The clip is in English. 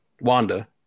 Wanda